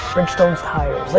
bridgestone tires, like